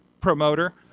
promoter